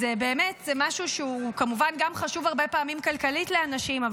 זה באמת משהו שהוא כמובן גם חשוב הרבה פעמים כלכלית לאנשים,